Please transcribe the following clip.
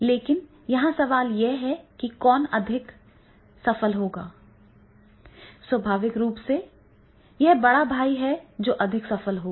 लेकिन यहां सवाल यह है कि कौन अधिक सफल होगा स्वाभाविक रूप से यह बड़ा भाई है जो अधिक सफल होगा